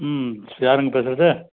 ம் யாருங்க பேசுகிறது